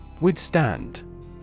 Withstand